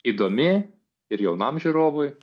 įdomi ir jaunam žiūrovui